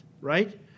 right